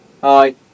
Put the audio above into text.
Hi